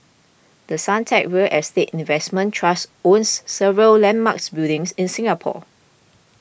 The Suntec real estate investment trust owns several landmarks buildings in Singapore